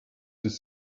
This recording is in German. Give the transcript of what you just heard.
sich